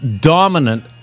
dominant